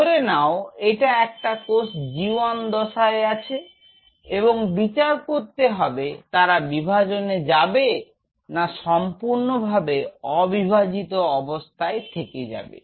ধরে নাও একটা কোষ G 1 দশায় আছে এবংবিচার করতে হবে তারা বিভাজনে যাবে না সম্পূর্ণভাবে অবিভাজিত অবস্থায় থেকে যাবে